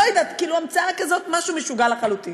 לא יודעת, כאילו המצאה כזו, משהו משוגע לחלוטין.